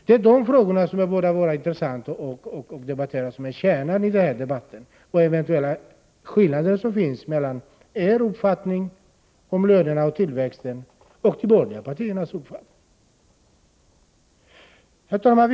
Det är i de frågorna som det borde vara intressant att som kärnan i den här debatten diskutera eventuella skillnader mellan er uppfattning om lönerna och tillväxten och de borgerliga partiernas uppfattning. Herr talman!